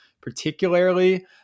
particularly